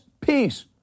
peace